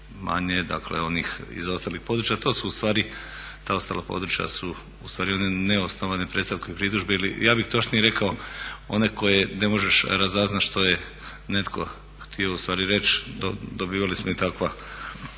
najmanje dakle onih iz ostalih područja. To su ustvari ta ostala područja su ustvari one neosnovane predstavke i pritužbe ili ja bih točnije rekao one koje ne možeš razaznat što je netko htio ustvari reći. Dobivali smo i takve predstavke